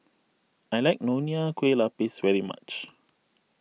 I like Nonya Kueh Lapis very much